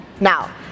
now